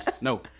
No